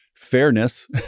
fairness